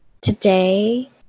Today